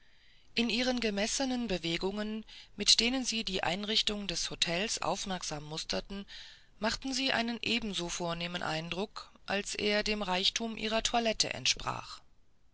in ihren gemessenen bewegungen mit denen sie die einrichtungen des hotels aufmerksam musterten machten sie einen ebenso vornehmen eindruck als er dem reichtum ihrer toilette entsprach